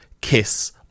Kiss